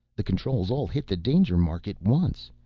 the controls all hit the danger mark at once.